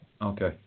Okay